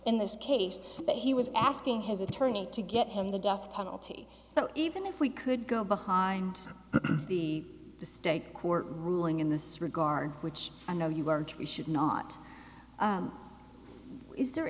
in this case that he was asking his attorney to get him the death penalty but even if we could go behind the state court ruling in this regard which i know you are true should not is there